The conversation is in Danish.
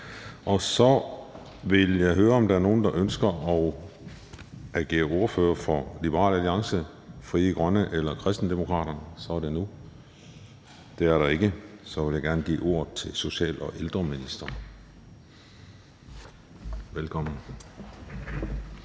Så vil jeg høre, om der er nogen, der ønsker at agere ordfører for Liberal Alliance, Frie Grønne eller Kristendemokraterne, for så er det nu. Det er der ikke. Så vil jeg gerne give ordet til social- og ældreministeren. Velkommen.